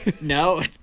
No